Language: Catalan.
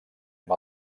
amb